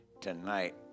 tonight